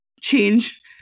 change